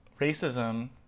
Racism